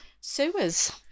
sewers